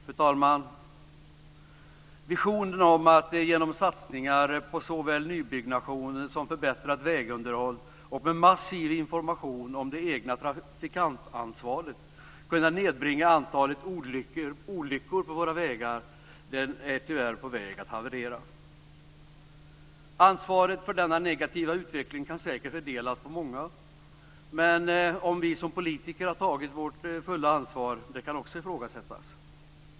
Fru talman! Visionen om att genom satsningar på såväl nybyggnation som förbättrat vägunderhåll och att med massiv information om det egna trafikantansvaret kunna nedbringa antalet olyckor på våra vägar är tyvärr på väg att haverera. Ansvaret för denna negativa utveckling kan säkert fördelas på många, men om vi som politiker har tagit vårt fullt ansvar kan ifrågasättas.